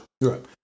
Right